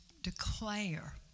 declare